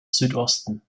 südosten